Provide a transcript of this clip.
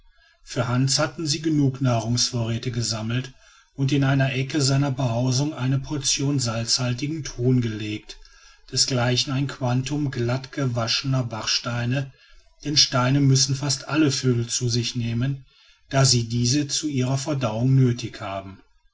für hans hatten sie genug nahrungsvorräte gesammelt und in einer ecke seiner behausung eine portion salzhaltigen thon gelegt desgleichen ein quantum glatt gewaschener bachsteine denn steine müssen fast alle vögel zu sich nehmen da sie diese zu ihrer verdauung nötig haben